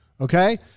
Okay